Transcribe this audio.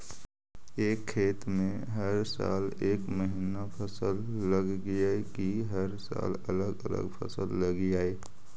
एक खेत में हर साल एक महिना फसल लगगियै कि हर साल अलग अलग फसल लगियै?